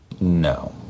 No